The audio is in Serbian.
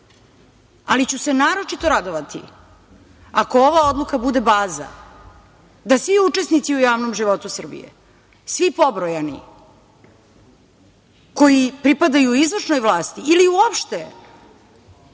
ali ću se naročito radovati ako ova odluka bude baza da svi učesnici u javnom životu Srbije, svi pobrojani koji pripadaju izvršnoj vlasti ili uopšte